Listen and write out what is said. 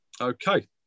Okay